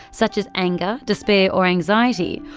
such as anger, despair or anxiety,